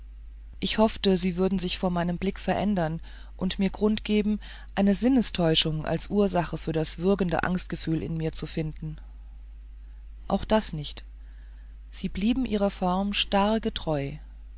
ich hoffte sie würden sich vor meinen blicken verändern und mir grund geben eine sinnestäuschung als ursache für das würgende angstgefühl in mir zu finden auch das nicht sie blieben ihrer form starr